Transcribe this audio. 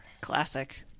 classic